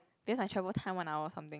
because my travel time one hour something